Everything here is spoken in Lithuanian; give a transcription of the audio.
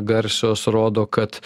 garsios rodo kad